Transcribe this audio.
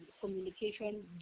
communication